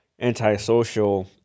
antisocial